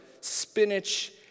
spinach